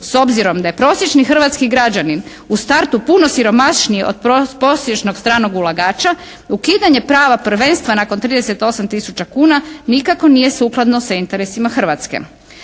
S obzirom da je prosječni hrvatski građanin u startu puno siromašniji od prosječnog stranog ulagača ukidanje prava prvenstva nakon 38 tisuća kuna nikako nije sukladno sa interesima Hrvatske.